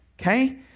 Okay